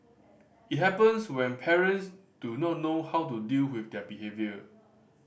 it happens when parents do not know how to deal with their behaviour